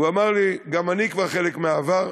הוא אמר לי: גם אני כבר חלק מהעבר.